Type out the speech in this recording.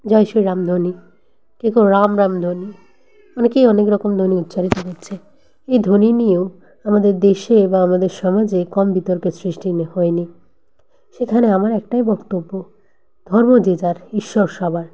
জয় শ্রী রাম ধ্বনি কেউ কেউ রাম নাম ধ্বনি অনেকই অনেক রকম ধ্বনি উচ্চারিত হচ্ছে এই ধ্বনি নিয়েও আমাদের দেশে বা আমাদের সমাজে কম বিতর্কের সৃষ্টি নে হয় নি সেখানে আমার একটাই বক্তব্য ধর্ম যে যার ঈশ্বর সবার